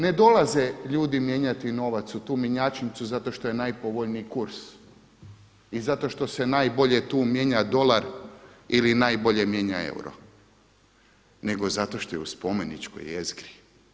Ne dolaze ljudi mijenjati novac u tu mjenjačnicu zato što je najpovoljniji kurs i zato što se najbolje tu mijenja dolar ili najbolje mijenja euro nego zato što je u spomeničkoj jezgri.